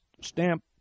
stamp